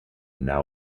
now